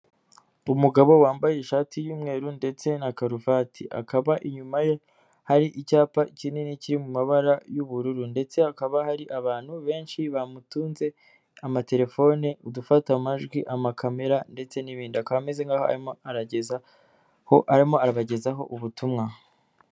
Umugabo wambaye ishati y'umweru ndetse na karuvati akaba inyuma ye hari icyapa kinini kiri mu mabara y'ubururu ndetse hakaba hari abantu benshi bamutunze amatelefone udufata amajwi amakamera ndetse n'ibindi akaba ameze nkaho arimo arabagezaho ubutumwa.